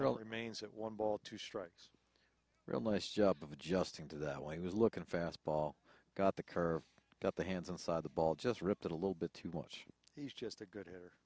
carroll remains at one ball two strikes real nice job of adjusting to that when he was looking fastball got the curve got the hands inside the ball just ripped it a little bit too much he's just a good h